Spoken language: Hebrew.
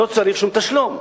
ולא צריך שום תשלום.